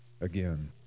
again